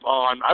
on